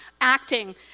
acting